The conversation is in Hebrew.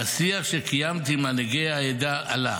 מהשיח שקיימתי עם מנהיגי העדה עלה